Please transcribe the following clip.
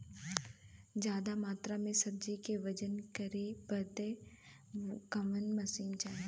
ज्यादा मात्रा के सब्जी के वजन करे बदे कवन मशीन चाही?